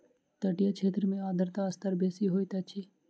तटीय क्षेत्र में आर्द्रता स्तर बेसी होइत अछि